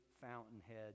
fountainhead